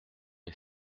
est